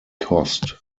cost